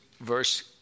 verse